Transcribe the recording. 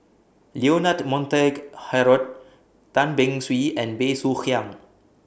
Leonard Montague Harrod Tan Beng Swee and Bey Soo Khiang